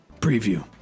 Preview